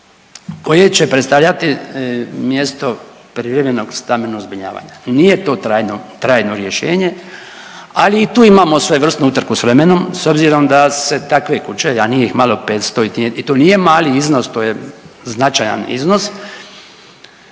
koje će predstavljati mjesto privremenog stambenog zbrinjavanja. Nije to trajno rješenje, ali i tu imamo svojevrsnu utrku s vremenom s obzirom da se takve kuće, a njih je malo 500 i to nije mali iznos, to je značajan iznos